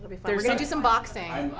be fun. we're gonna do some boxing.